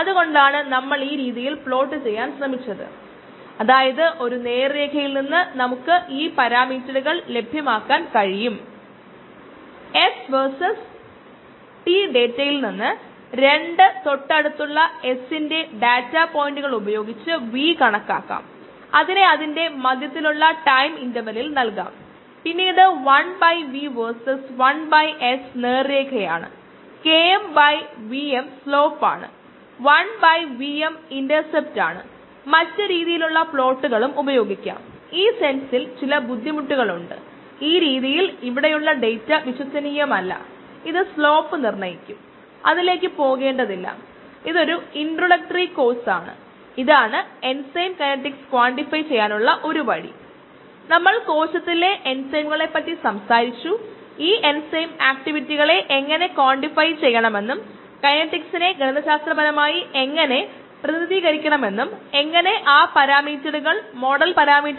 എനിക്ക് വ്യത്യസ്തമായ Vm Km എന്നിവയുടെ ഡാറ്റയുണ്ട് അതിനാൽ ഞാൻ സ്വതന്ത്ര x കോർഡിനേറ്റാണ് Km പരിഷ്ക്കരിച്ച Km ആണ് y കോർഡിനേറ്റ്